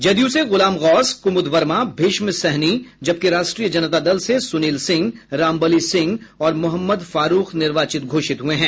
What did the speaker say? जदयू से गुलाम गौस कुमुद वर्मा भीष्म सहनी जबकि राष्ट्रीय जनता दल से सुनील सिंह रामबली सिंह और मोहम्मद फारूख निर्वाचित घोषित हुए हैं